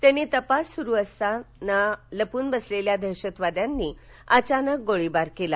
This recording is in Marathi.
त्यांनी तपास सुरू केला असता लपून बसलेल्या दहशतवाद्यांनी अचानक गोळीबार केला